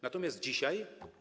Natomiast dzisiaj.